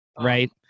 right